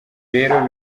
rero